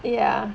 ya